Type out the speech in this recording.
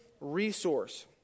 resource